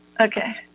Okay